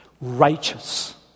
righteous